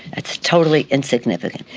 it's totally insignificant.